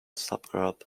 suburb